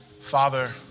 Father